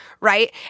Right